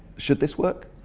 should this work?